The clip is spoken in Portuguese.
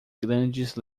grandes